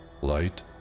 light